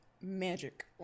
magic